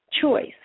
choice